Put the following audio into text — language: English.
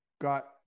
got